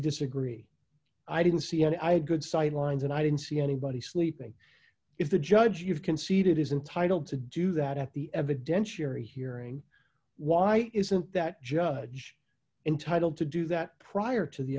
disagree i didn't see i had good sight lines and i didn't see anybody sleeping if the judge you've conceded is entitle to do that at the evidentiary hearing why isn't that judge entitle to do that prior to the